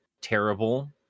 terrible